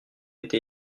été